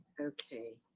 Okay